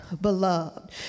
beloved